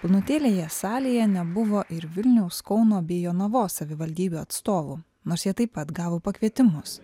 pilnutėlėje salėje nebuvo ir vilniaus kauno bei jonavos savivaldybių atstovų nors jie taip pat gavo pakvietimus